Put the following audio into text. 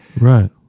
right